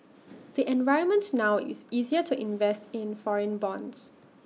the environment now is easier to invest in foreign bonds